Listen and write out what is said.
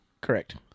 Correct